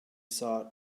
thought